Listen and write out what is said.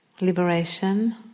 liberation